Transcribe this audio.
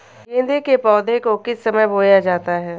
गेंदे के पौधे को किस समय बोया जाता है?